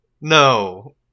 No